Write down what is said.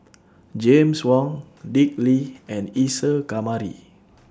James Wong Dick Lee and Isa Kamari